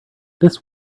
this